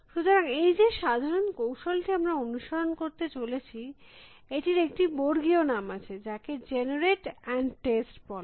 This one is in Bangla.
সুতরাং এই যে সাধারণ কৌশলটি আমরা অনুসরণ করতে চলেছি এটির একটি বর্গীয় নাম আছে যাকে জেনারেট এন্ড টেস্ট বলে